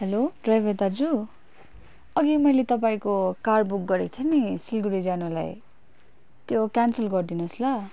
hello driver दाजु अघि मैले तपाईँको कार बुक गरेको थिएँ नि सिलगढी जानुलाई त्यो क्यान्सल गरिदिनुहोस् ल